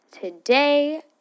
today